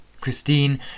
Christine